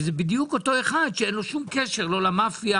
זה בדיוק אותו אחד שאין לו שום קשר לא למאפיה